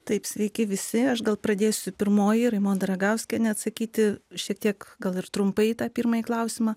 taip sveiki visi aš gal pradėsiu pirmoji raimonda ragauskienė atsakyti šiek tiek gal ir trumpai tą pirmąjį klausimą